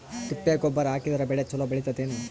ತಿಪ್ಪಿ ಗೊಬ್ಬರ ಹಾಕಿದರ ಬೆಳ ಚಲೋ ಬೆಳಿತದೇನು?